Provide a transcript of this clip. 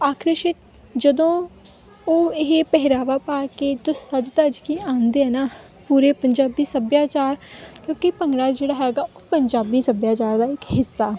ਆਖਰਸ਼ਿਤ ਜਦੋਂ ਉਹ ਇਹ ਪਹਿਰਾਵਾ ਪਾ ਕੇ ਅਤੇ ਸੱਜ ਧੱਜ ਕੇ ਆਉਂਦੇ ਆ ਨਾ ਪੂਰੇ ਪੰਜਾਬੀ ਸੱਭਿਆਚਾਰ ਕਿਉਂਕਿ ਭੰਗੜਾ ਜਿਹੜਾ ਹੈਗਾ ਉਹ ਪੰਜਾਬੀ ਸੱਭਿਆਚਾਰ ਦਾ ਇੱਕ ਹਿੱਸਾ